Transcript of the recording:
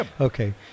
Okay